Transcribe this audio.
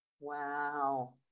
Wow